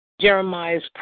Jeremiah's